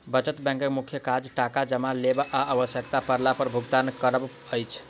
बचत बैंकक मुख्य काज टाका जमा लेब आ आवश्यता पड़ला पर भुगतान करब अछि